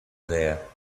there